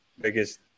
biggest